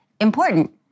important